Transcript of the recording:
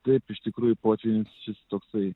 taip iš tikrųjų potvynis šis toksai